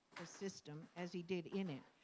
the system as he did in it.